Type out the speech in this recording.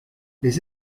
les